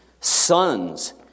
sons